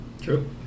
True